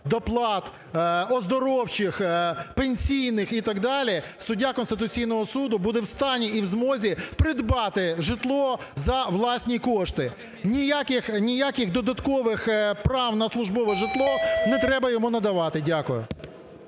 доплат, оздоровчих, пенсійних і так далі суддя Конституційного Суду буде в стані і в змозі придбати житло за власні кошти. Ніяких додаткових прав на службове житло не треба йому надавати. Дякую.